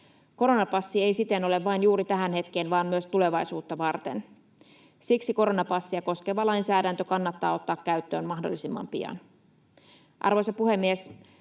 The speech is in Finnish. Koronapassi ei siten ole vain juuri tähän hetkeen vaan myös tulevaisuutta varten. Siksi koronapassia koskeva lainsäädäntö kannattaa ottaa käyttöön mahdollisimman pian. Arvoisa puhemies!